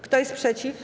Kto jest przeciw?